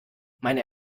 meine